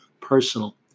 personal